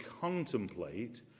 contemplate